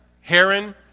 Heron